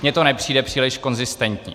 Mně to nepřijde příliš konzistentní.